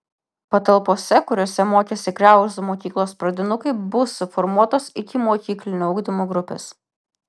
patalpose kuriose mokėsi kriauzų mokyklos pradinukai bus suformuotos ikimokyklinio ugdymo grupės